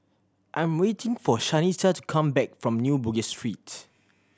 I'm waiting for Shanita to come back from New Bugis Street